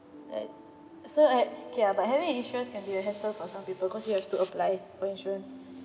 like so I've okay ah but having insurance can be a hassle for some people cause you have to apply for insurance